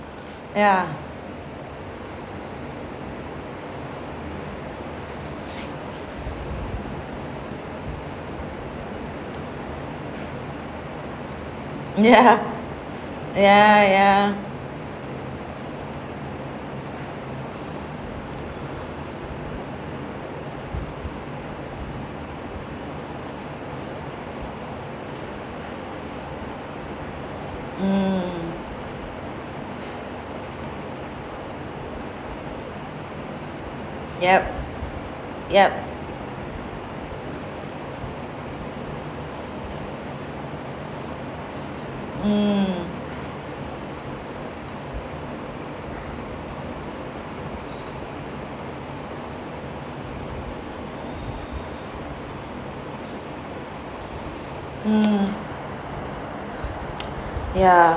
ya ya ya ya mm yup yup mm mm ya